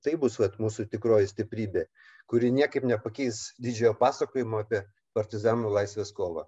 tai bus vat mūsų tikroji stiprybė kuri niekaip nepakeis didžiojo pasakojimo apie partizanų laisvės kovą